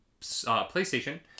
PlayStation